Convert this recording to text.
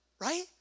right